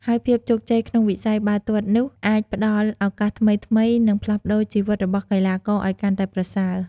ហើយភាពជោគជ័យក្នុងវិស័យបាល់ទាត់នោះអាចផ្តល់ឱកាសថ្មីៗ និងផ្លាស់ប្តូរជីវិតរបស់កីឡាករឲ្យកាន់តែប្រសើរ។